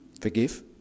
Forgive